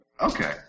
Okay